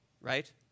Right